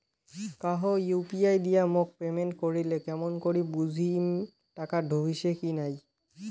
কাহো ইউ.পি.আই দিয়া মোক পেমেন্ট করিলে কেমন করি বুঝিম টাকা ঢুকিসে কি নাই?